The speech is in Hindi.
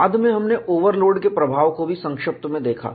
बाद में हमने ओवरलोड के प्रभाव को भी संक्षिप्त में देखा